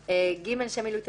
(ג) לשם מילוי תפקידו,